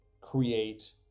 create